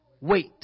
wait